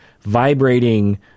vibrating